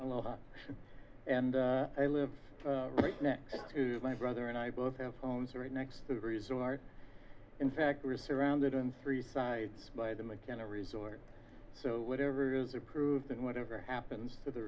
aloha and i live right next to my brother and i both have homes right next to the resort in fact we're surrounded on three sides by the mckenna resort so whatever is approved and whatever happens to the